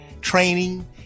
training